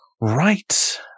Right